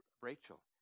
Rachel